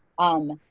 um,